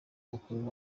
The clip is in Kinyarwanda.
mukuru